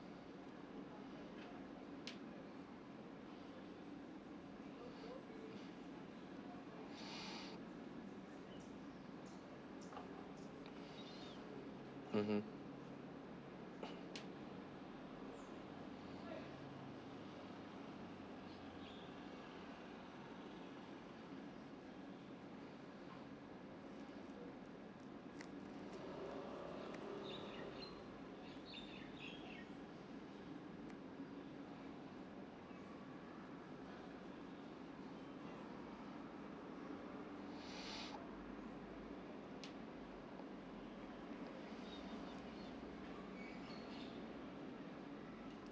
mmhmm